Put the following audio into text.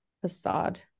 facade